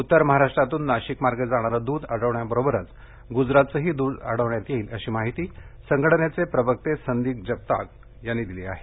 उत्तर महाराष्ट्रातून नाशिकमार्गे जाणारे द्रध अडविण्याबरोबरच ग्जरातचेही द्रध अडविण्यात येणार आहे अशी माहिती संघटनेचे प्रवक्ते संदीप जगताप यांनी दिली आहे